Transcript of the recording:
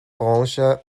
branche